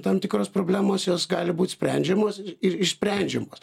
tam tikros problemos jos gali būt sprendžiamos ir išsprendžiamos